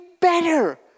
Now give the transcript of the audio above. better